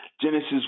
Genesis